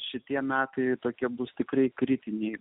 šitie metai tokie bus tikrai kritiniai